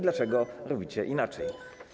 Dlaczego robicie inaczej?